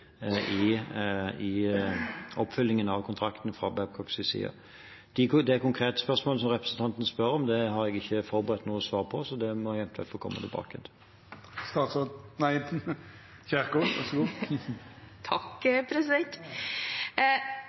i oppfølgingen av kontrakten fra Babcocks side. Det konkrete spørsmålet som representanten stiller, har jeg ikke forberedt noe svar på, så det må jeg eventuelt få komme tilbake til.